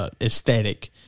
aesthetic